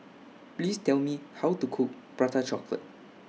Please Tell Me How to Cook Prata Chocolate